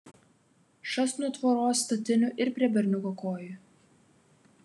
šast nuo tvoros statinių ir prie berniuko kojų